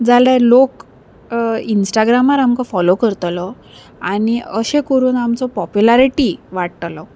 जाल्यार लोक इंस्टाग्रामार आमकां फोलो करतलो आनी अशें करून आमचो पोप्युलरिटी वाडटलो